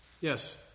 Yes